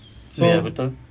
ya betul